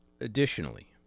Additionally